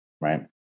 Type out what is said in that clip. right